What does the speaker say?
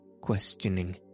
questioning